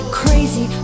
crazy